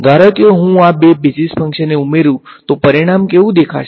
ધારો કે હું આ બે બેઝિસ ફંક્શનને ઉમેરું તો પરિણામ કેવું દેખાશે